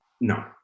No